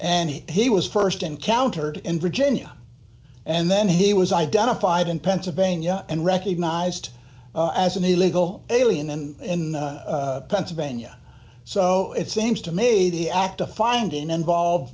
and he was st encountered in virginia and then he was identified in pennsylvania and recognized as an illegal alien in pennsylvania so it seems to me the act of finding involve